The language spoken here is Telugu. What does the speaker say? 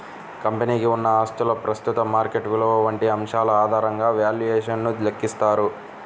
కంపెనీకి ఉన్న ఆస్తుల ప్రస్తుత మార్కెట్ విలువ వంటి అంశాల ఆధారంగా వాల్యుయేషన్ ను లెక్కిస్తారు